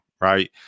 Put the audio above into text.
right